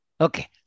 Okay